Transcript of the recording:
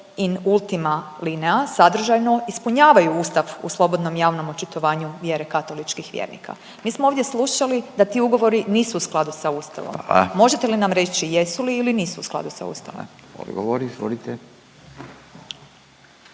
in ultima linea sadržajno ispunjavaju Ustav u slobodnom javnom očitovanju vjere katoličkih vjernika. Mi smo ovdje slušali da ti ugovori nisu u skladu sa Ustavom …/Upadica Radin: Hvala./… možete li nam reći jesu li ili nisu u skladu sa Ustavom?